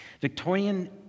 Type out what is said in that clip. Victorian